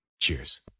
Cheers